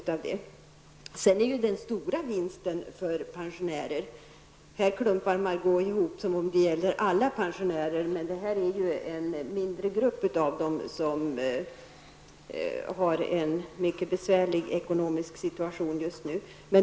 Margó Ingvardsson klumpar ihop alla pensionärer i en grupp, men detta handlar om en mindre grupp som just nu har en mycket besvärlig ekonomisk situation.